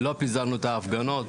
לא פיזרנו את ההפגנות.